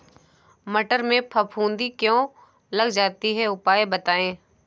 मटर में फफूंदी क्यो लग जाती है उपाय बताएं?